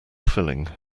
filling